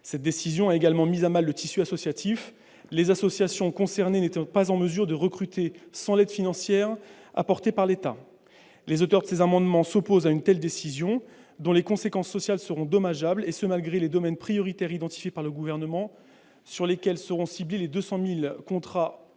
Cette décision a également mis à mal le tissu associatif, les associations concernées n'étant pas en mesure de recruter sans l'aide financière apportée par l'État. Les auteurs de cet amendement s'opposent à une telle décision dont les conséquences sociales seront dommageables, et ce malgré les domaines prioritaires identifiés par le Gouvernement sur lesquels seront ciblés les 200 000 contrats